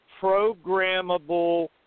programmable